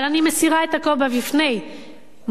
אבל אני מסירה את הכובע בפני מופז,